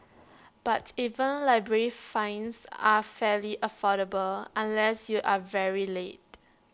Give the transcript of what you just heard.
but even library fines are fairly affordable unless you are very late